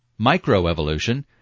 Microevolution